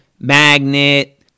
Magnet